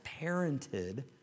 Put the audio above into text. parented